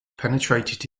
penetrated